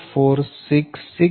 0466 pu છે